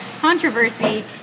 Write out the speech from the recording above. controversy